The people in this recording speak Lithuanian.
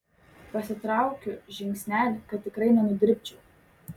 pasitraukiu žingsnelį kad tikrai nenudribčiau